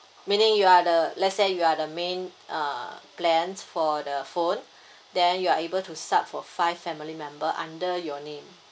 meaning you are the let's say you are the main err plans for the phone then you are able to sub for five family member under your name